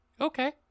Okay